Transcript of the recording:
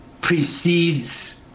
precedes